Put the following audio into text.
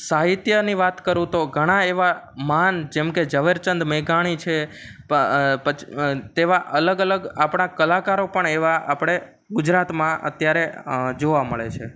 સાહિત્યની વાત કરું તો ઘણા એવા મહાન જેમકે ઝવેરચંદ મેઘાણી છે તેવા અલગ અલગ આપણા કલાકારો પણ એવા આપણે ગુજરાતમાં અત્યારે જોવા મળે છે